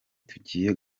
tugiye